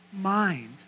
mind